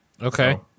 Okay